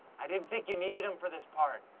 i didn't think you needed them for this part.